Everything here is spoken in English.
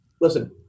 Listen